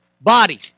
body